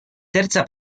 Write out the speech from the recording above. terza